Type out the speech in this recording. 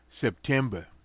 September